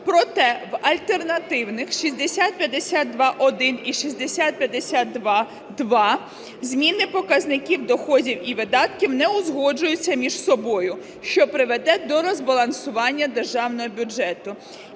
Проте в альтернативних 6052-1 і 6052-2 зміни показників доходів і видатків не узгоджуються між собою, що приведе до розбалансування державного бюджету.